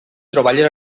troballes